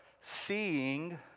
seeing